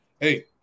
Hey